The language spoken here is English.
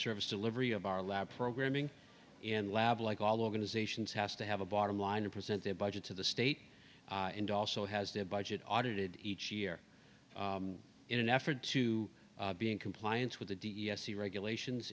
service delivery of our lab programming in lab like all organizations has to have a bottom line and present their budget to the state and also has their budget audited each year in an effort to be in compliance with the d e s c regulations